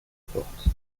porte